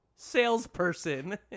Salesperson